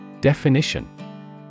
Definition